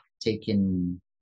taken